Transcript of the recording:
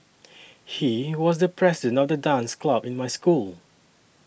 he was the president of the dance club in my school